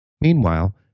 Meanwhile